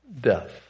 death